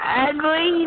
ugly